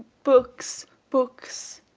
books books.